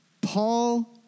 Paul